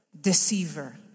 deceiver